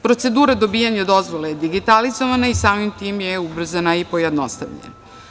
Procedura dobijanja dozvole je digitalizovana i samim tim je ubrzana i pojednostavljena.